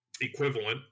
equivalent